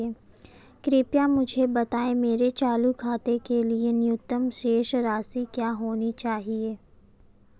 कृपया मुझे बताएं मेरे चालू खाते के लिए न्यूनतम शेष राशि क्या होनी चाहिए?